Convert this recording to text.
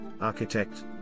architect